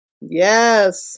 Yes